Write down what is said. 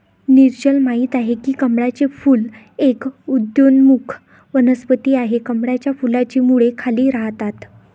नीरजल माहित आहे की कमळाचे फूल एक उदयोन्मुख वनस्पती आहे, कमळाच्या फुलाची मुळे खाली राहतात